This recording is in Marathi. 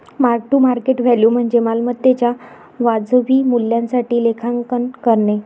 मार्क टू मार्केट व्हॅल्यू म्हणजे मालमत्तेच्या वाजवी मूल्यासाठी लेखांकन करणे